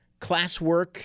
Classwork